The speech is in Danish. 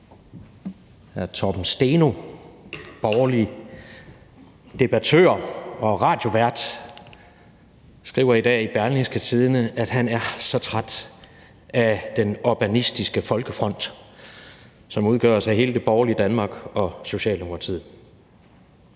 hr. Torben Steno, borgerlig debattør og radiovært, skriver i dag i Berlingske, at han er så træt af Orbanistisk Folkefront, som udgøres af hele det borgerlige Danmark og Socialdemokratiet.